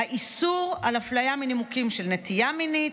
איסור אפליה מנימוקים של נטייה מינית,